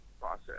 process